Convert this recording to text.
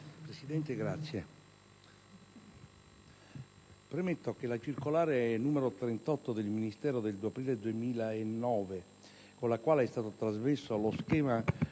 Presidente, premetto che la circolare n. 38 del Ministero del 2 aprile 2009, con la quale è stato trasmesso lo schema